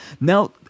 Now